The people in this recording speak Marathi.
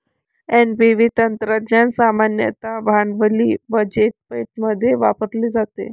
एन.पी.व्ही तंत्रज्ञान सामान्यतः भांडवली बजेटमध्ये वापरले जाते